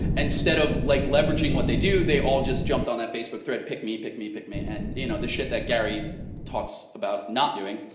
instead of like leveraging what they do, they all just jumped on that facebook thread, pick me, pick me, pick me and you know the shit that gary talks about not doing.